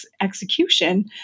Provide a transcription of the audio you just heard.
execution